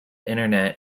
internet